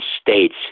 states